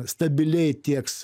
stabiliai tieks